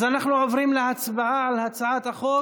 אז אנחנו עוברים להצבעה על הצעת החוק